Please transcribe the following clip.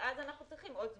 ואז אנחנו צריכים עוד זמן.